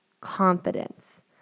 confidence